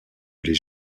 les